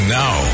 now